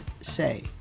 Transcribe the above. say